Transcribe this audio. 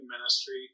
ministry